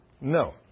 No